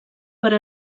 per